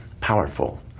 powerful